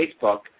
Facebook